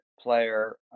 player